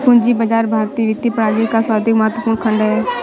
पूंजी बाजार भारतीय वित्तीय प्रणाली का सर्वाधिक महत्वपूर्ण खण्ड है